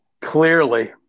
Clearly